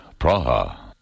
Praha